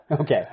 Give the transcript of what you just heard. okay